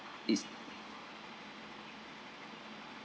is